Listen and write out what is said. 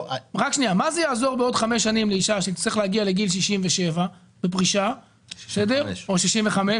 מה זה יעזור בעוד חמש שנים לאישה שתצטרך להגיע לגיל 67 בפרישה או 65,